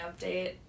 update